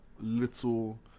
little